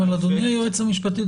אבל אדוני היועץ המשפטי,